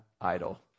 idol